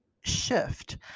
shift